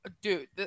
dude